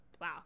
wow